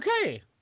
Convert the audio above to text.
okay